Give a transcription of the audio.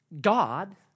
God